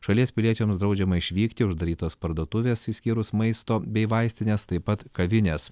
šalies piliečiams draudžiama išvykti uždarytos parduotuvės išskyrus maisto bei vaistines taip pat kavinės